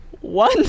one